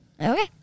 Okay